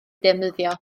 defnyddio